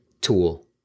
tool